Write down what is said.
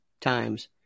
times